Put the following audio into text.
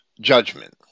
judgment